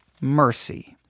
mercy